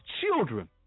children